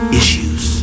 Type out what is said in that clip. issues